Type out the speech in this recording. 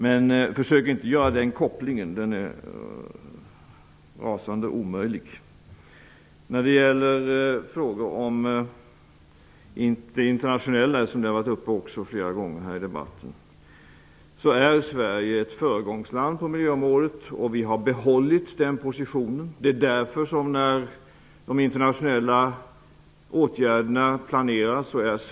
Men försök inte göra den kopplingen, den är rasande omöjlig. Sverige är ett föregångsland på miljöområdet. Vi har behållit den positionen. Det är därför som Sverige är med när de internationella åtgärderna planeras.